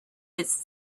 its